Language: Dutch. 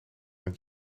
het